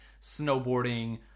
snowboarding